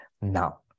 Now